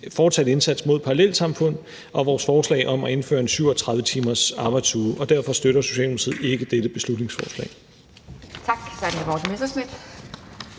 fortsat indsats mod parallelsamfund og vores forslag om at indføre en 37-timersarbejdsuge. Derfor støtter Socialdemokratiet ikke dette beslutningsforslag.